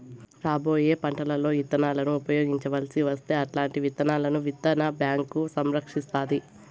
రాబోయే పంటలలో ఇత్తనాలను ఉపయోగించవలసి వస్తే అల్లాంటి విత్తనాలను విత్తన బ్యాంకు సంరక్షిస్తాది